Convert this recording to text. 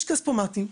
יש כספומטים,